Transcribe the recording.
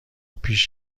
پیش